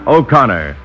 O'Connor